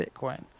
bitcoin